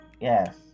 yes